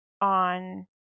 on